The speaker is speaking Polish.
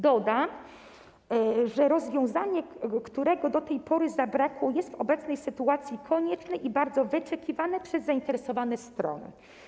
Dodam, że rozwiązanie, którego do tej pory brakowało, jest w obecnej sytuacji konieczne i bardzo wyczekiwane przez zainteresowane strony.